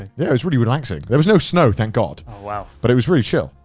yeah. it was really relaxing. there was no snow, thank god. oh wow. but it was really chill.